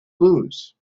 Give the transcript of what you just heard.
lose